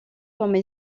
comme